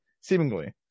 seemingly